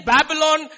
Babylon